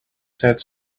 said